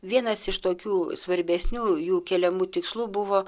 vienas iš tokių svarbesnių jų keliamų tikslų buvo